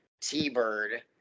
t-bird